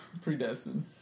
predestined